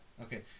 Okay